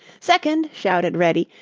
second, shouted reddy,